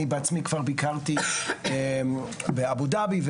ואני עצמי כבר ביקרתי באבו דאבי.